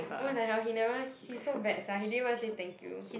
what the hell he never he so bad sia he didn't even say thank you